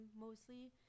mostly